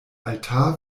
altar